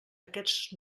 aquests